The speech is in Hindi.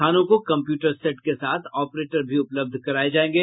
थानों को कंप्यूटर सेट के साथ ऑपरेटर भी उपलब्ध कराये जायेंगे